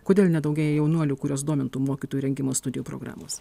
kodėl nedaugėja jaunuolių kuriuos domintų mokytojų rengimo studijų programos